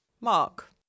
Mark